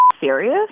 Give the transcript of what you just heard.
serious